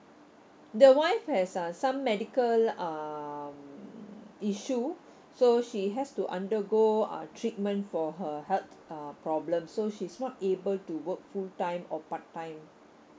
the wife has uh some medical um issue so she has to undergo uh treatment for her health uh problem so she's not able to work full time or part time